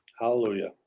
Hallelujah